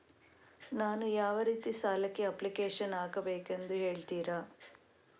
ನಾನು ಯಾವ ರೀತಿ ಸಾಲಕ್ಕೆ ಅಪ್ಲಿಕೇಶನ್ ಹಾಕಬೇಕೆಂದು ಹೇಳ್ತಿರಾ?